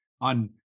on